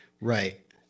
Right